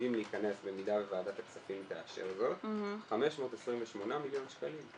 עתידים להיכנס במידה וועדת הכספים תאפשר זאת 528 מיליון שקלים,